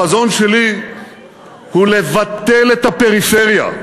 החזון שלי הוא לבטל את הפריפריה,